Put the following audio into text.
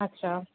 अच्छा